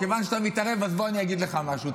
כיוון שאתה מתערב אז בוא אני אגיד לך משהו,